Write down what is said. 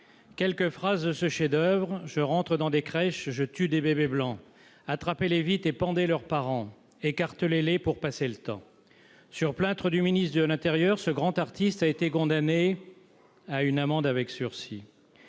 Quelques phrases de ce chef-d'oeuvre :« Je rentre dans des crèches, je tue des bébés blancs. Attrapez-les vite et pendez leurs parents. Écartelez-les pour passer le temps ...» Sur plainte du ministre de l'intérieur, ce grand artiste a été condamné ... à une amende avec sursis